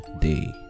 day